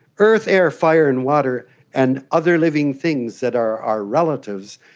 earth, air, fire and water and other living things that are our relatives,